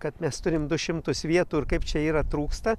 kad mes turime du šimtus vietų ir kaip čia yra trūksta